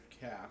cast